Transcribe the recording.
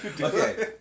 Okay